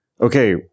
Okay